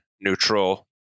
neutral